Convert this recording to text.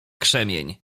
krzemień